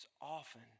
often